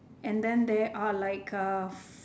and there are like uh